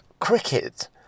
cricket